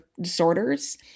disorders